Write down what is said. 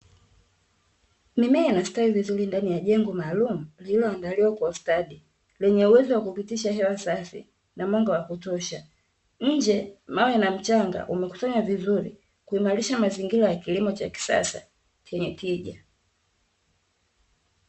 Mimea inastawi vizuri ndani ya jengo maalumu lililoandaliwa kwa ustadi, lenye uwezo wa kupitisha hewa safi na mwanga wakutosha. Nje mawe na mchanga umekusanywa vizuri, kuimarisha mazingira ya kilimo cha kisasa chenye tija.